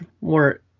more